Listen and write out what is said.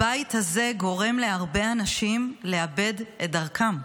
הבית הזה גורם להרבה אנשים לאבד את דרכם.